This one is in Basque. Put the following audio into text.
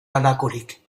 halakorik